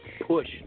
push